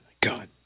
God